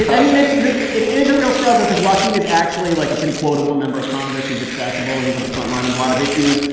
i mean, it's the it is a real struggle because joaquin is actually, like, a pretty quotable member of congress. he's accessible. he's at the front line of lot of issues.